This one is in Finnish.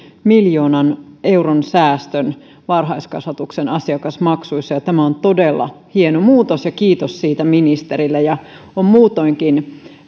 miljoonan euron säästön varhaiskasvatuksen asiakasmaksuissa tämä on todella hieno muutos ja kiitos siitä ministerille on muutoinkin